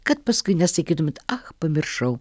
kad paskui nesakytumėt ak pamiršau